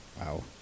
Wow